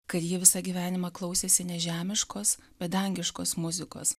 kad ji visą gyvenimą klausėsi ne žemiškos bet dangiškos muzikos